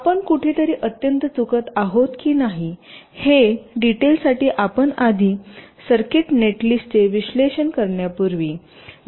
आपण कुठेतरी अत्यंत चुकत आहोत की नाही हे डिटेलसाठी आपण आधी सर्किट नेटलिस्टचे विश्लेषण करण्यापूर्वी डिटेल फॅब्रिकेशन स्टेप आवश्यक आहे